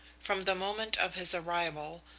from the moment of his arrival,